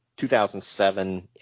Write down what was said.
2007